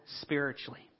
spiritually